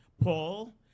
Paul